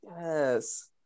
yes